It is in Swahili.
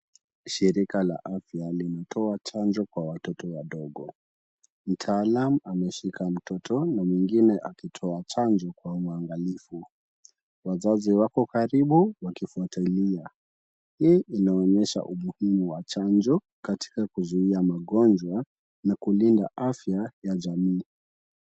Shirikiana la afya alimtoa chanjo kwa watoto wadogo, mtaalamu ameshika mtoto na mwingine akitoa chanjo kwa uangalifu, wazazi wako karibu wakifuatilia, hii inaonyesha umuhimu wa chanjo katika kuzuia magonjwa na kulinda afya ya jamii.